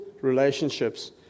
relationships